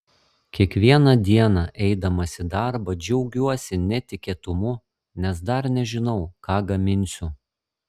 kiekvieną dieną eidamas į darbą džiaugiuosi netikėtumu nes dar nežinau ką gaminsiu